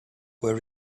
were